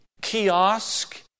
kiosk